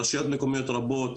רשויות מקומיות רבות,